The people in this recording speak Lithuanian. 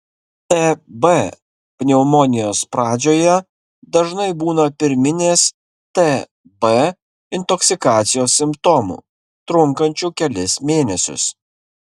tb pneumonijos pradžioje dažnai būna pirminės tb intoksikacijos simptomų trunkančių kelis mėnesius